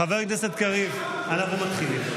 חבר הכנסת קריב, אנחנו מתחילים.